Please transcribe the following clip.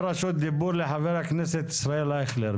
את רשות הדיבור לחבר הכנסת ישראל אייכלר,